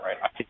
right